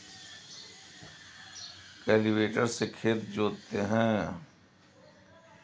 cultivator से खेत जोतते हैं